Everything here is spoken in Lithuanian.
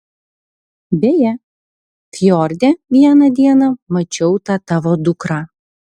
beje fjorde vieną dieną mačiau tą tavo dukrą